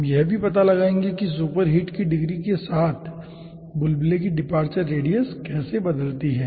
हम यह भी पता लगाएंगे कि सुपरहीट की डिग्री के साथ बुलबुले की डिपार्चर रेडियस कैसे बदलती है